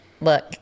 Look